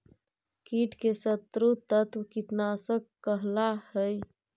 कीट के शत्रु तत्व कीटनाशक कहला हई